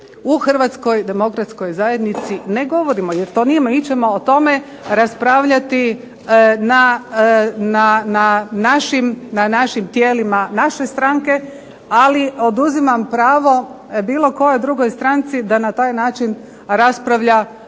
u Hrvatskoj demokratskoj zajednici ne govorimo jer to nije, mi ćemo o tome raspravljati na našim tijelima naše stranke, ali oduzimam pravo bilo kojoj drugoj stranci da na taj način raspravlja